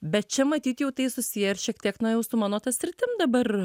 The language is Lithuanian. bet čia matyt jau tai susiję ir šiek tiek na jau su mano ta sritim dabar